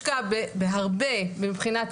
אנחנו נשמע את פרופסור שיין, חבר הכנסת